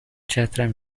چترم